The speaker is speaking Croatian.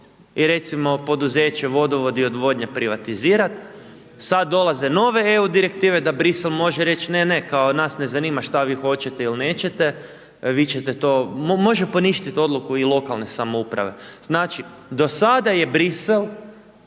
i, recimo, poduzeće Vodovod i odvodnja privatizirati, sad dolaze nove EU direktive da Bruxelles može reći, ne, ne, kao nas ne zanima što vi hoćete ili nećete, vi ćete to, može poništiti odluku i lokalne samouprave. Znači, do sada je Bruxelles